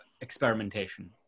experimentation